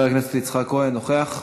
אינו נוכח, חבר הכנסת יצחק כהן, אינו נוכח,